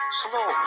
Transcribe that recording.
slow